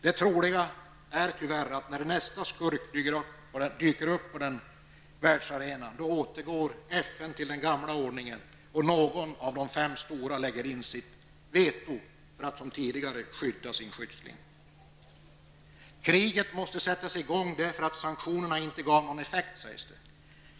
Det troliga är tyvärr att FN när nästa skurk dyker upp på världsarenan återgår till den gamla ordningen och att någon av de fem stora lägger in sitt veto för att som tidigare hjälpa sin skyddsling. Kriget måste sättas igång därför att sanktionerna inte gav någon effekt, sägs det.